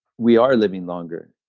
we are living longer.